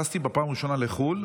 טסתי בפעם הראשונה לחו"ל,